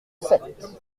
sept